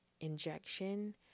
injection